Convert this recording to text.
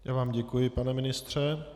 Já vám děkuji, pane ministře.